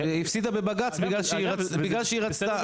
הפסידה בבג"צ בגלל שהיא בגלל שהיא רצתה.